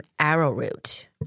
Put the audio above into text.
arrowroot